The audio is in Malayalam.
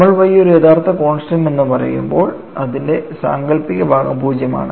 നമ്മൾ Y ഒരു യഥാർത്ഥ കോൺസ്റ്റൻസ് എന്ന് പറയുമ്പോൾ അതിന്റെ സാങ്കൽപ്പിക ഭാഗം 0 ആണ്